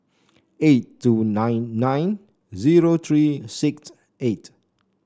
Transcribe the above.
eight two nine nine zero three six eight